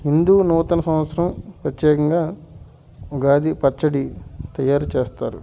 హిందూ నూతన సంవత్సరం ప్రత్యేకంగా ఉగాది పచ్చడి తయారు చేస్తారు